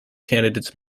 candidates